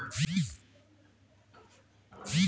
दही, पनीर, रसगुल्ला आ रसमलाई दुग्ध उत्पाद छै